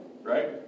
right